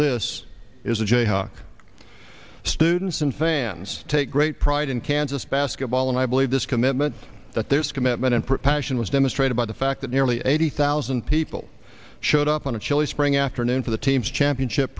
this is a jayhawk students and fans take great pride in kansas basketball and i believe this commitment that there's commitment and propulsion was demonstrated by the fact that nearly eighty thousand people showed up on a chilly spring afternoon for the team's championship